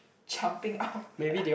jumping out